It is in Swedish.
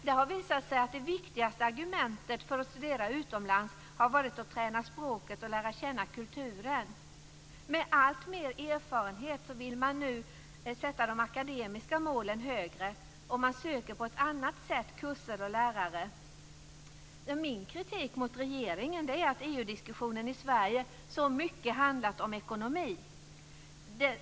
Det har visat sig att det viktigaste argumentet för att studera utomlands har varit att träna språket och lära känna kulturen. Med alltmer erfarenhet vill man nu sätta de akademiska målen högre. Man söker på ett annat sätt kurser och lärare. Min kritik mot regeringen är att EU-diskussionen i Sverige så mycket handlat om ekonomi.